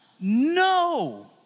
No